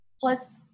plus